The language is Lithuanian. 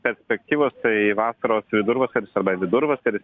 perspektyvos tai vasaros vidurvasaris arba vidurvasaris